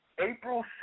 April